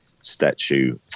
statue